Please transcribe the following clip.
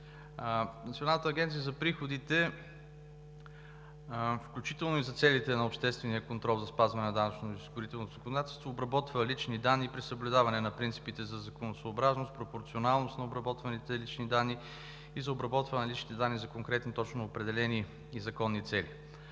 Националната агенция за приходите, включително и за целите на обществения контрол за спазване на данъчно-осигурителното законодателство, обработва лични данни при съблюдаване на принципите за законосъобразност, пропорционалност на обработваните лични данни и за обработване на личните данни за конкретни, точно определени и законни цели.